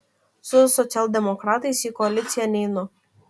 su socialdemokratais į koaliciją neinu